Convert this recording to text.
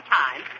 time